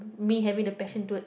me having the passion towards